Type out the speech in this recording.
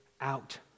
out